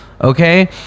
Okay